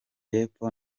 y’epfo